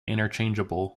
interchangeable